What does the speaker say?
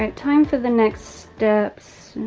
um time for the next steps.